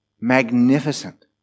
magnificent